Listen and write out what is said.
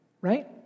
right